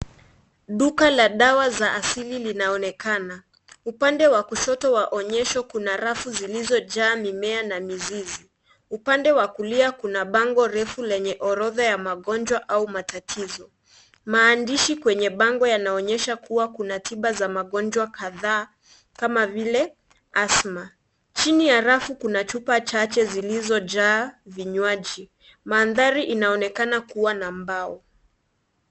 Duka la dawa za asili linaonekana upande wa kushoto wa onyesho. Kuna rafu zilizojaa mimea na mizizi. Upande wa kulia kuna bango refu lenye orodha ya magonjwa au matatizo. Maandishi kwenye bango yanaonyesha kuwa kuna tiba za magonjwa kadhaa kama vile Asthma. Chini ya rafu kuna chupa chache zilizojaa vinywaji. Mandhari inaonekana kuwa na mbao.